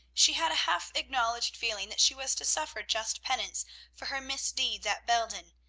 she had a half-acknowledged feeling that she was to suffer just penance for her misdeeds at belden,